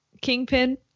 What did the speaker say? kingpin